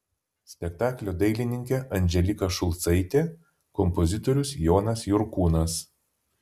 spektaklio dailininkė andželika šulcaitė kompozitorius jonas jurkūnas